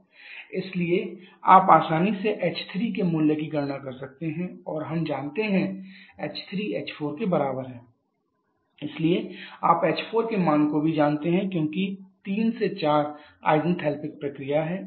P3 032 MPa x3 0 इसलिए आप आसानी से h3 के मूल्य की गणना कर सकते हैं और हम जानते हैं h3 h4 x5 1 इसलिए आप h4 के मान को भी जानते हैं क्योंकि 3 से 4 इज़ेंटेलेपिक प्रक्रिया है